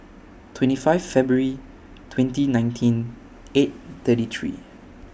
twenty five February twenty nineteen eight thirty three